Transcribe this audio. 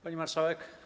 Pani Marszałek!